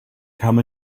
come